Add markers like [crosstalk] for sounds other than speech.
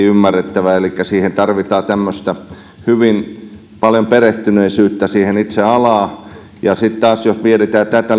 [unintelligible] ymmärrettävää elikkä siinä tarvitaan hyvin paljon perehtyneisyyttä siihen itse alaan sitten taas jos mietitään tätä [unintelligible]